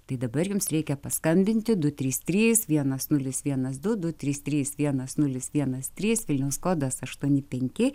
tai dabar jums reikia paskambinti du trys trys vienas nulis vienas du du trys trys vienas nulis vienas trys vilniaus kodas aštuoni penki